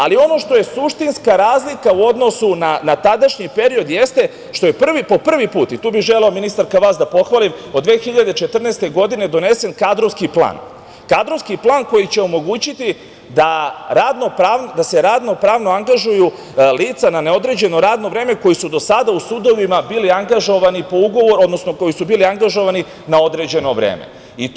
Ali, ono što je suštinska razlika u odnosu na tadašnji period jeste što je po prvi put, i tu bih želeo, ministarka, vas da pohvalim od 2014. godine, donesem kadrovski plan koji će omogućiti da se radno-pravno angažuju lica na neodređeno radno vreme koji su do sada u sudovima bili angažovani po ugovoru, odnosno koji su bili angažovani na određeno vreme.